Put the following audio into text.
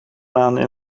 maanden